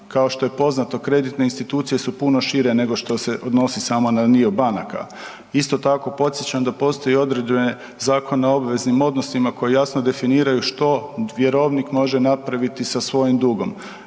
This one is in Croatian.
Kao što je poznato kreditne institucije su puno šire nego što se odnosi samo na dio banaka. Isto tako podsjećam da postoji i određene Zakon o obveznim odnosima koji jasno definiraju što vjerovnik može napraviti sa svojim dugom.